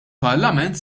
parlament